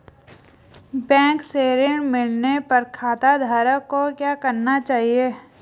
Bank से ऋण मिलने पर खाताधारक को क्या करना चाहिए?